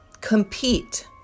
compete